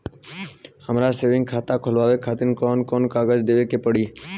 हमार सेविंग खाता खोलवावे खातिर कौन कौन कागज देवे के पड़ी?